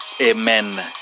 Amen